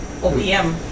OPM